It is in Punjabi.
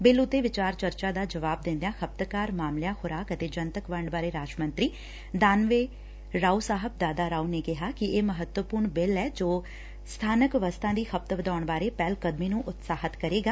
ਬਿੱਲ ਉਤੇ ਵਿਚਾਰ ਚਰਚਾ ਦਾ ਜਵਾਬ ਦਿੰਦਿਆਂ ਖਪਤਕਾਰ ਮਾਮਲਿਆਂ ਖੁਰਾਕ ਅਤੇ ਜਨਤਕ ਵੰਡ ਬਾਰੇ ਰਾਜ ਮੰਤਰੀ ਦਾਨਵੇ ਰਾਓ ਸਾਹਿਬ ਦਾਦਾ ਰਾਓ ਨੇ ਕਿਹਾ ਕਿ ਇਹ ਮਹੱਤਵਪੁਰਨ ਬਿੱਲ ਐ ਜੋ ਸਥਾਨਕ ਵਸਤਾਂ ਦੀ ਖਪਤ ਵਧਾਉਣ ਬਾਰੇ ਪਹਿਲਕਦਮੀ ਨੰ ਉਤਸ਼ਾਹਿਤ ਕਰੇਗਾ